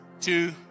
two